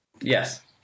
Yes